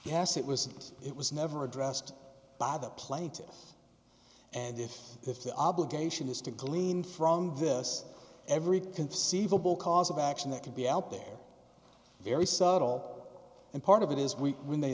yes it was it was never addressed by the plaintiff and if if the obligation is to glean from this every conceivable cause of action that could be out there very subtle and part of it is we we ma